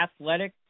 athletic